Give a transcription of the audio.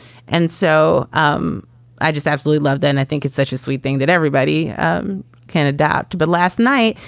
and so um i just absolutely love. then i think it's such a sweet thing that everybody um can adapt. but last night,